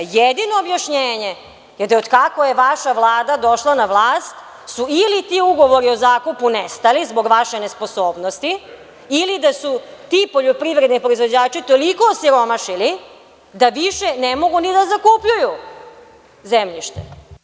Jedino objašnjenje, od kako je vaša Vlada došla na vlast, jeste da su ti ugovori o zakupu nestali zbog vaše nesposobnosti ili da su ti poljoprivredni proizvođači toliko osiromašili da više ne mogu ni da zakupljuju zemljište.